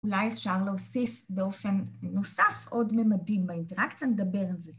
אולי אפשר להוסיף באופן נוסף עוד ממדים באינטראקציה, נדבר על זה